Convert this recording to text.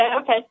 okay